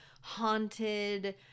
haunted